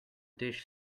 dish